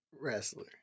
Wrestler